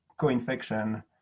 co-infection